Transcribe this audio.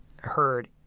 heard